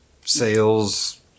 sales